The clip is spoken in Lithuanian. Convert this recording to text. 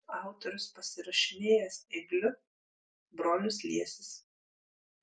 autorius pasirašinėjęs ėgliu bronius liesis